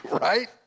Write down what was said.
right